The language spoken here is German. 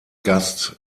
gast